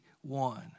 one